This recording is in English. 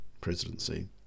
presidency